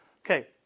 Okay